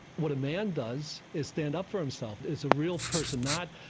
what a man does is stand up for himself as a real person, not,